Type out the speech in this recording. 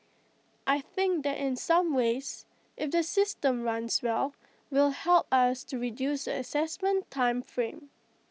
I think that in some ways if the system runs well will help us to reduce the Assessment time frame